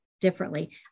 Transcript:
differently